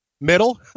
middle